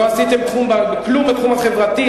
לא עשיתם כלום בתחום החברתי,